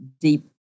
deep